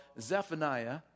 Zephaniah